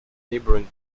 neighboring